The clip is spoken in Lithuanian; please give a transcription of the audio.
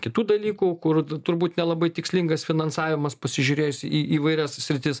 kitų dalykų kur turbūt nelabai tikslingas finansavimas pasižiūrėjus į įvairias sritis